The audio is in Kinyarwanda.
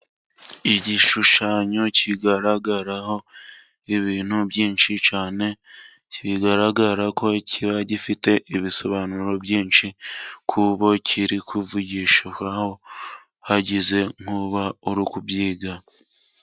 Igishushanyo kigaragaraho ibintu byinshi cyane, bigaragara ko kiba gifite ibisobanuro byinshi ku bo kiba kiri kuvugishwaho hagize nk'uba uri kubyiga.